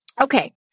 Okay